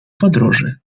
podróży